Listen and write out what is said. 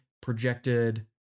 projected